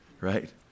right